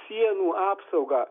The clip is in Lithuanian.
sienų apsaugą